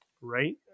Right